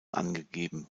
angegeben